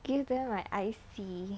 give them my I_C